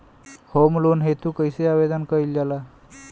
Home loan हेतु कइसे आवेदन कइल जाला?